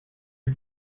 you